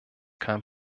kein